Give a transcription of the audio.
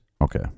Okay